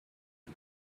and